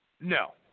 No